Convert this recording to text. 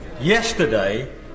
Yesterday